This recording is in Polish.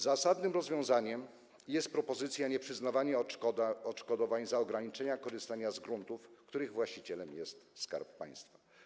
Zasadnym rozwiązaniem jest propozycja nieprzyznawania odszkodowań za ograniczenie korzystania z gruntów, których właścicielem jest Skarb Państwa.